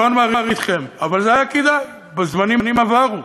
צאן מרעיתכם, אבל זה היה כדאי בזמנים עברו.